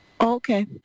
Okay